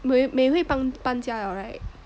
Mei Hui 搬搬家 liao right